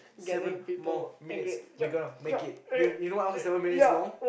seven more minutes we gonna make it you you know what else is seven minutes long